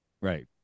Right